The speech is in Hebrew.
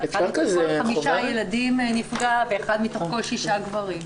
אחד מתוך כל חמישה ילדים נפגע ואחד מתוך כל שישה גברים.